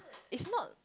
is not